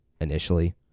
initially